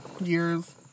years